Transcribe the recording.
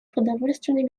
продовольственной